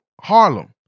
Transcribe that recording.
Harlem